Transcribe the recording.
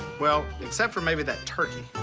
well except for maybe that turkey.